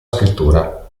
scrittura